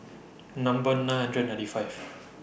Number nine hundred ninety five